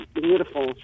beautiful